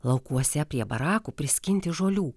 laukuose prie barakų priskinti žolių